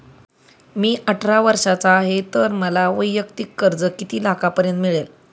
मी अठरा वर्षांचा आहे तर मला वैयक्तिक कर्ज किती लाखांपर्यंत मिळेल?